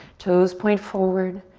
toes point forward.